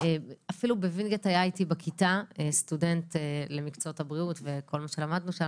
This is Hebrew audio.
בווינגייט היה איתי בכיתה סטודנט למקצועות הבריאות וכל מה שלמדנו,